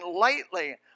lightly